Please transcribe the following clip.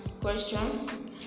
question